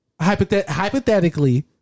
hypothetically